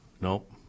Nope